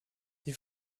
die